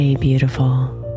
beautiful